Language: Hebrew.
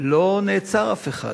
לא נעצר אף אחד?